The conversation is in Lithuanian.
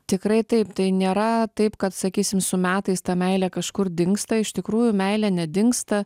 tikrai taip tai nėra taip kad sakysim su metais ta meilė kažkur dingsta iš tikrųjų meilė nedingsta